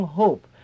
hope